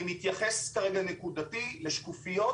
אני מתייחס כרגע נקודתית לשקופיות,